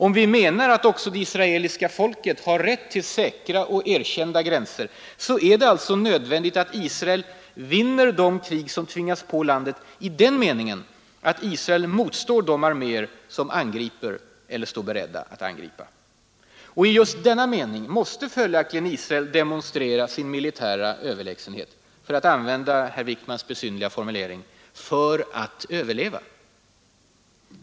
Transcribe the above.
Om vi menar att också det israeliska folket har rätt till säkra och erkända gränser så är det alltså nödvändigt att Israel ”vinner” de krig som tvingas på landet i den meningen att Israel motstår de arméer som angriper eller står beredda att angripa. I just denna mening måste följaktligen Israel ”demonstrera sin militära överlägsenhet”, för att använda herr Wickmans besynnerliga formulering, för att överleva.